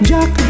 Jack